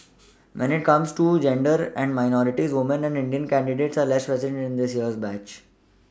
when it comes to gender and minorities woman and indian candidates are less present in this year's batch